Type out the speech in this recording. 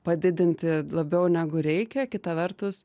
padidinti labiau negu reikia kita vertus